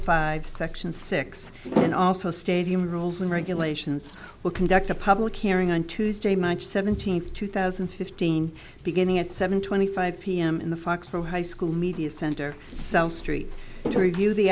five section six and also stadium rules and regulations will conduct a public hearing on tuesday march seventeenth two thousand and fifteen beginning at seven twenty five p m in the fox from high school media center so street to review the